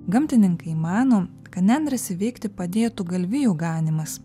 gamtininkai mano kad nendres įveikti padėtų galvijų ganymas